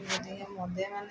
মদে মানে মানুহক